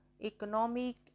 Economic